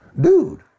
Dude